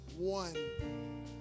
one